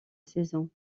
saison